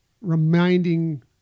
reminding